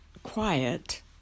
Quiet